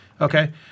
Okay